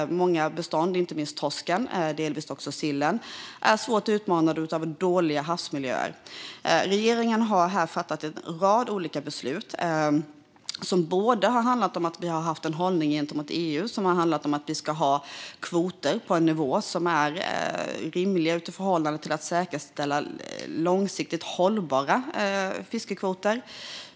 Många bestånd, inte minst torsken, delvis också sillen, är svårt utmanade av dåliga havsmiljöer. Regeringen har fattat en rad olika beslut. Det har handlat om en hållning gentemot EU om att ha kvoter som är på en rimlig nivå för att säkerställa långsiktigt hållbara fiskekvoter.